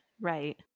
Right